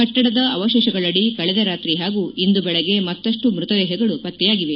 ಕಟ್ಟಡದ ಅವರೇಷಗಳಡಿ ಕಳೆದ ರಾತ್ರಿ ಪಾಗೂ ಇಂದು ಬೆಳ್ಗೆ ಮತ್ತಷ್ಟು ಮೃತದೇಪಗಳು ಪತ್ತೆಯಾಗಿವೆ